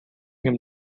him